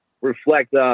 reflect